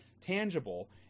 tangible